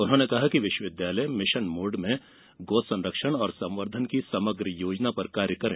उन्होंने कहा कि विश्वविद्यालय मिशन मोड में गौ संरक्षण और संवर्धन की समग्र योजना पर कार्य करें